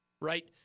Right